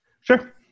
Sure